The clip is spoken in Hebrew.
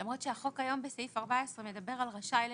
למרות שהחוק היום בסעיף 14 מדבר על רשאי לנכות.